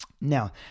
now